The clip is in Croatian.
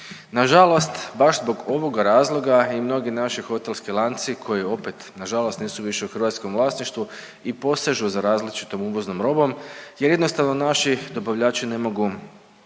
Na žalost baš zbog ovoga razloga i mnogi naši hotelski lanci koji opet na žalost nisu više u hrvatskom vlasništvu i posežu za različitom uvoznom robom jer jednostavno naši dobavljači ne mogu